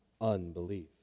unbelief